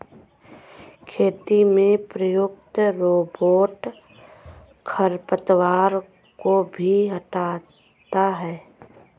खेती में प्रयुक्त रोबोट खरपतवार को भी हँटाता है